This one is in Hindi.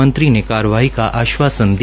मंत्री ने कार्यवाही का आश्वासन दिया